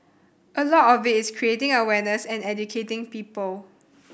a lot of it is creating awareness and educating people